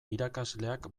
irakasleak